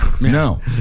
No